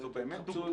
זו באמת דוגמה